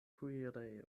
kuirejo